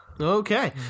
Okay